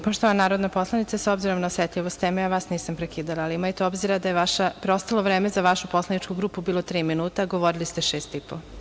Poštovana narodna poslanice, s obzirom na osetljivost teme ja vas nisam prekidala, ali imajte obzira da je preostalo vreme za vašu poslaničku grupu bilo tri minuta, a govorili ste šest i po.